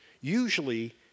Usually